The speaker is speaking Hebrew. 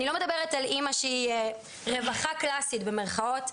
אני לא מדברת על אמא שהיא רווחה קלאסית במרכאות,